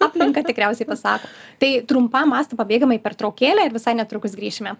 aplinka tikriausiai pasako tai trumpam asta pabėgame į pertraukėlę ir visai netrukus grįšime